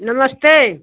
नमस्ते